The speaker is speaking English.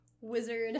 wizard